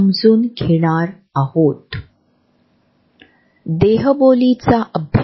आम्हाला त्यांच्यापासून काही अंतर कायम ठेवायचे की जास्त निकटता दाखवायची आहे हे ठरविले जाते